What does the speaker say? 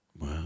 Wow